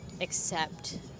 accept